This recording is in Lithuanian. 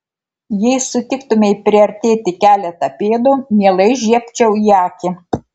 jei sutiktumei priartėti keletą pėdų mielai žiebčiau į akį